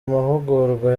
amahugurwa